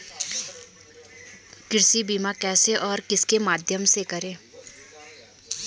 कृषि बीमा कैसे और किस माध्यम से करें?